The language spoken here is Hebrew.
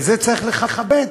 את זה צריך לכבד,